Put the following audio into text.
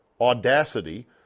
Audacity